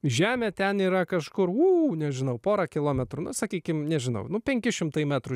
žemė ten yra kažkur ū nežinau porą kilometrų na sakykime nežinau nu penki šimtai metrų